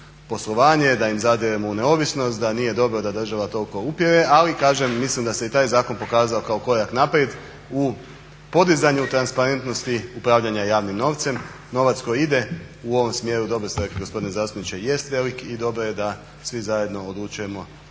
da im zadiremo u neovisnost, da nije dobro da država toliko upire, ali kažem mislim da se i taj zakon pokazao kao korak naprijed u podizanju transparentnosti upravljanja javnim novcem. Novac koji ide u ovom smjeru, dobro ste rekli gospodine zastupniče, jest velik i dobro je da svi zajedno odlučujemo